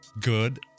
good